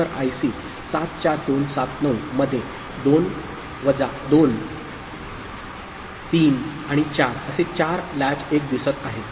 तर आयसी 74279 - मध्ये 2 3 आणि 4 असे चार लॅच एक दिसत आहे